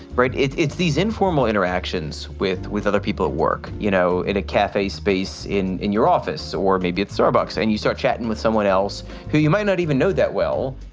right. it's it's these informal interactions with with other people work, you know, at a cafe space in in your office or maybe at starbucks and you start chatting with someone else who you might not even know that. well,